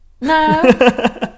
No